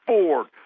Ford